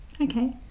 okay